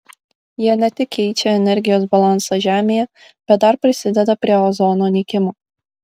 jie ne tik keičia energijos balansą žemėje bet dar prisideda prie ozono nykimo